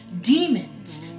demons